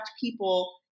people